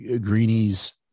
Greenies